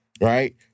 right